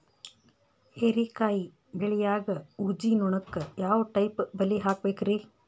ಹೇರಿಕಾಯಿ ಬೆಳಿಯಾಗ ಊಜಿ ನೋಣಕ್ಕ ಯಾವ ಟೈಪ್ ಬಲಿ ಹಾಕಬೇಕ್ರಿ?